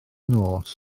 nos